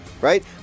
right